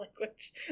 language